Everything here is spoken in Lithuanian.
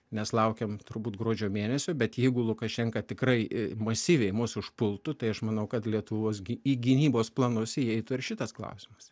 mes laukiam turbūt gruodžio mėnesio bet jeigu lukašenka tikrai masyviai mus užpultų tai aš manau kad lietuvos gi į gynybos planus įeitų ir šitas klausimas